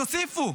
יוסיפו.